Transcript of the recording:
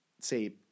say